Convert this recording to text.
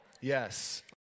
Yes